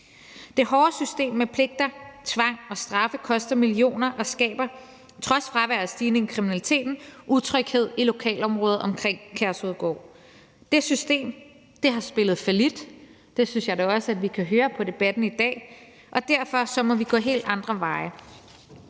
Det hårde system med pligter, tvang og straffe koster millioner af kroner og skaber trods fraværet af en stigning i kriminaliteten utryghed i lokalområdet omkring Kærshovedgård. Det system har spillet fallit, og det synes jeg da også vi kan høre på debatten i dag, og derfor må vi gå helt andre veje.